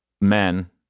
men